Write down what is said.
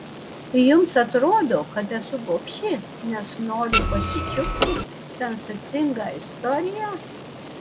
jums atrodo kad esu gobši nes noriu pasičiupti sensacingą istoriją